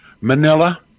Manila